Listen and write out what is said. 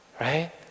Right